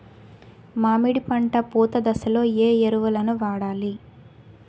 మామిడి పంట పూత దశలో ఏ ఎరువులను వాడాలి?